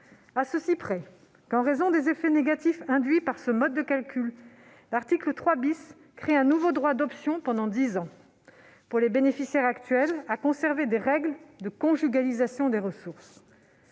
À ceci près qu'en raison des effets négatifs induits par ce mode de calcul, l'article 3 crée un nouveau droit d'option pendant dix ans pour les bénéficiaires actuels à conserver les règles de conjugalisation des ressources.